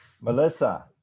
Melissa